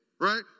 right